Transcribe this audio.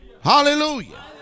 Hallelujah